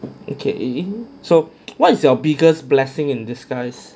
okay so what is your biggest blessing in disguise